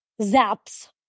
zaps